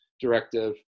directive